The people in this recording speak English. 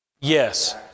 Yes